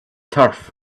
turf